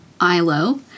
Ilo